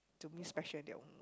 to me special their own